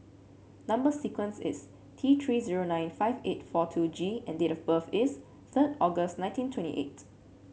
number sequence is T Three zero nine five eight four two G and date of birth is third August nineteen twenty eight